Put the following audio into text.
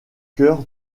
cœur